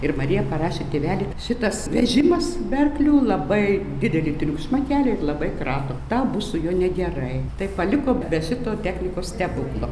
ir marija parašė tėveli šitas vežimas be arklių labai didelį triukšmą kelia labai krato tau bus su juo negerai tai paliko be šito technikos stebuklo